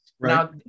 Now